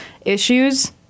issues